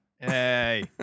Hey